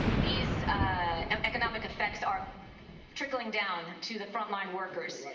these economic effects are trickling down to the front line workers. right.